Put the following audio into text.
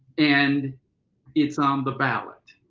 and it's on the ballot.